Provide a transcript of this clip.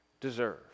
deserve